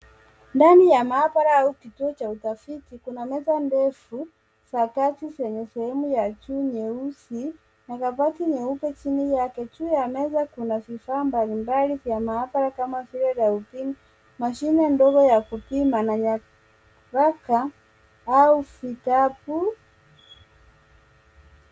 Ndani ya maabara au kituo cha usafiri, kuna meza ndefu za kazi zenye sehemu ya juu nyeusi na kabati nyeupe chini yake. Juu ya meza kuna vifaa mbalimbali za maabara kama vile darubini, mashine ndogo ya kupima na nyaraka au kitabu.